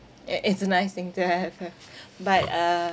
ya it's a nice thing to have ah but uh